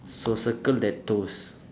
so circle that toes